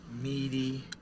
meaty